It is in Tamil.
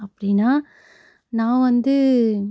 அப்படினா நான் வந்து